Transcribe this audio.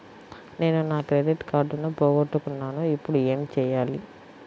నేను నా క్రెడిట్ కార్డును పోగొట్టుకున్నాను ఇపుడు ఏం చేయాలి?